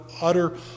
utter